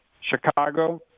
Chicago